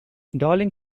darling